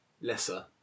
lesser